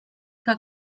que